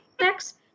next